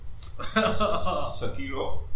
Sakiro